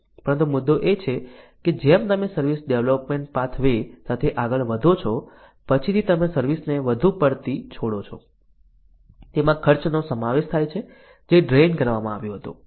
પરંતુ મુદ્દો એ છે કે જેમ તમે સર્વિસ ડેવલપમેન્ટ પાથવે સાથે આગળ વધો છો પછીથી તમે સર્વિસને વધુ પડતી છોડો છો તેમાં ખર્ચનો સમાવેશ થાય છે જે ડ્રેઇન કરવામાં આવ્યું હતું